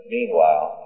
Meanwhile